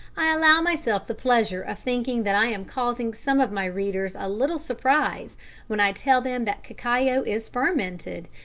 i allow myself the pleasure of thinking that i am causing some of my readers a little surprise when i tell them that cacao is fermented,